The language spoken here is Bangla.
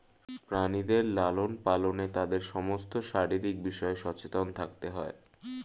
প্রাণীদের লালন পালনে তাদের সমস্ত শারীরিক বিষয়ে সচেতন থাকতে হয়